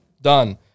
Done